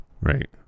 right